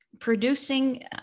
producing